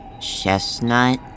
Chestnut